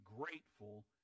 grateful